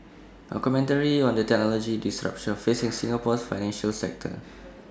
A commentary on the technological disruption facing Singapore's financial sector